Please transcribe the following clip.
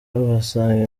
uhasanga